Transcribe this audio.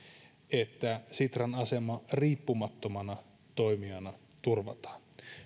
että sitran asema riippumattomana toimijana turvataan